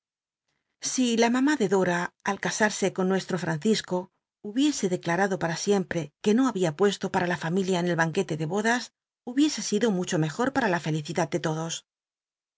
si in mam i de dora al c is rse con nuestro francisco hubiese declarado pa ra siempre que no babia puesto para la familia en el banq uete de bodas hubiese sido mucho mejor pa ra la felicidad de todos